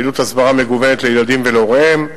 פעילות הסברה מגוונת לילדים ולהוריהם,